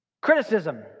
Criticism